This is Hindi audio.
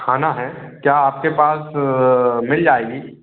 खाना है क्या आपके पास मिल जाएगी